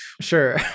Sure